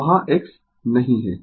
तो वहाँ X नहीं है